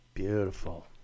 Beautiful